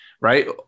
right